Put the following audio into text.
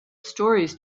stories